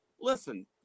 Listen